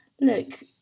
look